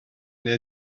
neu